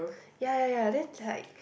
ya ya ya then like